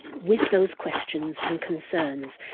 with those questions and concerns,